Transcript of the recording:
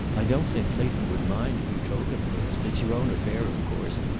i don't think clayton would mind, if you told him first. it's your own affair, of course,